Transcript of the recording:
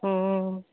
हूँ